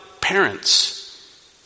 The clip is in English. parents